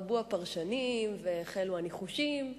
רבו הפרשנים והחלו הניחושים.